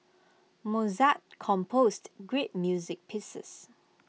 Mozart composed great music pieces